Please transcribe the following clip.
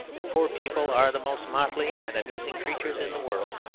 the poor people are the most motley and amusing creatures in the world,